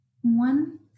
one